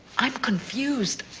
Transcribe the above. i'm confused.